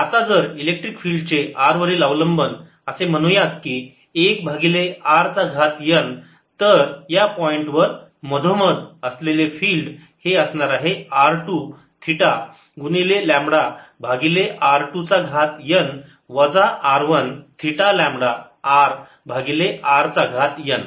आता जर electric field चे r वरील अवलंबन असे म्हणू यात की 1 भागिले r चा घात n तर या पॉईंटवर मधोमध असलेले फिल्ड हे असणार आहे r 2 थीटा गुणिले लांबडा भागिले r 2 चा घात n वजा r 1 थीटा लांबडा r भागिले r चा घात n